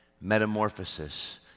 Metamorphosis